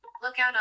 Lookout